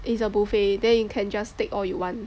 it's a buffet then you can just take all you want